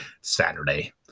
Saturday